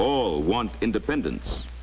all want independence